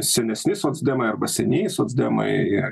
senesni socdemai arba senieji socdemai ir